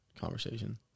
conversation